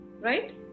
right